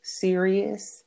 serious